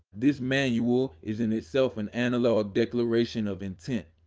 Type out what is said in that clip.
this manual is in itself an analog declaration of intent.